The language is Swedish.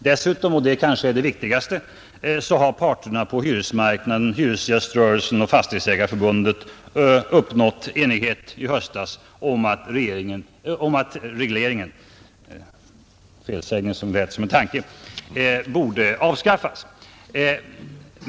Dessutom, och det är kanske det viktigaste, uppnådde parterna på hyresmarknaden, hyresgäströrelsen och Fastighetsägareförbundet, i höstas enighet om att regleringen borde avskaffas.